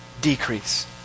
decrease